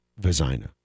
Vizina